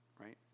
right